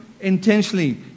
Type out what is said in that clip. intentionally